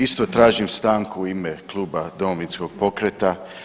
Isto tražim stanku u ime Kluba Domovinskog pokreta.